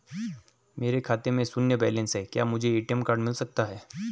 मेरे खाते में शून्य बैलेंस है क्या मुझे ए.टी.एम कार्ड मिल सकता है?